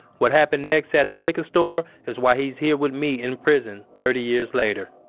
what happened next at the liquor store is why he's here with me in prison thirty years later